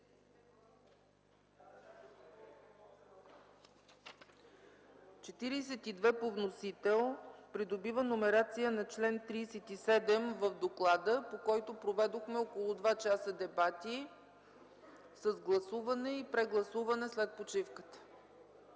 43 по вносител придобива номерация на чл. 37 по доклада, по който проведохме около 2 часа дебати с гласуване и прегласуване след почивката.